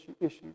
issue